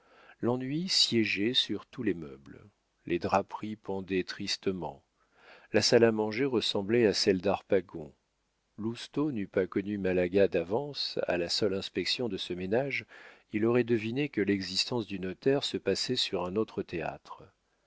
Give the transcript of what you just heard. l'ennui siégeait sur tous les meubles les draperies pendaient tristement la salle à manger ressemblait à celle d'harpagon lousteau n'eût pas connu malaga d'avance à la seule inspection de ce ménage il aurait deviné que l'existence du notaire se passait sur un autre théâtre